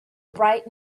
bright